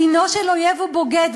אויב הוא בוגד,